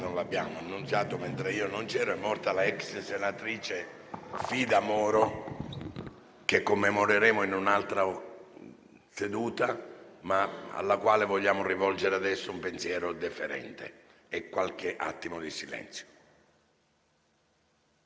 ho una notizia purtroppo luttuosa: è morta la ex senatrice Maria Fida Moro, che commemoreremo in un'altra seduta, ma alla quale vogliamo rivolgere adesso un pensiero deferente e qualche attimo di silenzio.